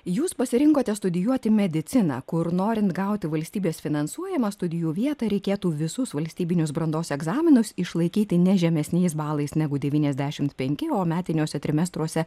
jūs pasirinkote studijuoti mediciną kur norint gauti valstybės finansuojamą studijų vietą reikėtų visus valstybinius brandos egzaminus išlaikyti ne žemesniais balais negu devyniasdešimt penki o metiniuose trimestruose